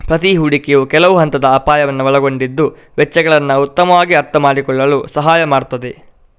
ಪ್ರತಿ ಹೂಡಿಕೆಯು ಕೆಲವು ಹಂತದ ಅಪಾಯವನ್ನ ಒಳಗೊಂಡಿದ್ದು ವೆಚ್ಚಗಳನ್ನ ಉತ್ತಮವಾಗಿ ಅರ್ಥಮಾಡಿಕೊಳ್ಳಲು ಸಹಾಯ ಮಾಡ್ತದೆ